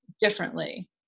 differently